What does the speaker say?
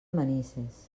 manises